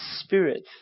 Spirit